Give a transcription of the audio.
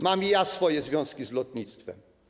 Mam i ja swoje związki z lotnictwem.